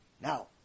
Now